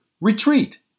retreat